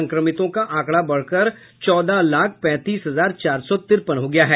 संक्रमितों का आंकड़ा बढ़कर चौदह लाख पैंतीस हजार चार सौ तिरपन हो गया है